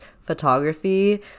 photography